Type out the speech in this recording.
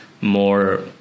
more